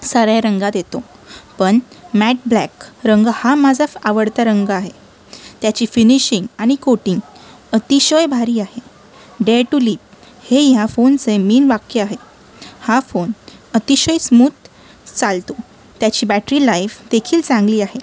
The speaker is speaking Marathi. साऱ्या रंगात येतो पण मॅट ब्लॅक रंग हा माझा आवडता रंग आहे त्याची फिनिशिंग आणि कोटींग अतिशय भारी आहे डेअर टू लिव हे या फोनचे मेन वाक्य आहे हा फोन अतिशय स्मूथ चालतो त्याची बॅटरी लाईफदेखील चांगली आहे